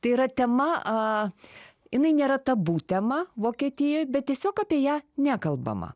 tai yra tema jinai nėra tabu tema vokietijoj bet tiesiog apie ją nekalbama